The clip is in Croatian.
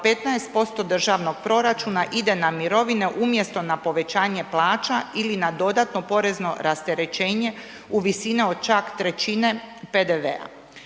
15% državnog proračuna ide na mirovine umjesto na povećanja plaća ili na dodatno porezno rasterećenje u visini od čak trećine PDV-a.